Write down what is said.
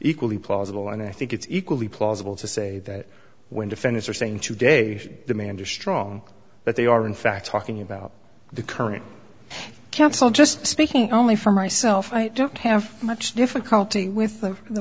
equally plausible and i think it's equally plausible to say that when defendants are saying today the manager strong that they are in fact talking about the current counsel just speaking only for myself i don't have much difficulty with the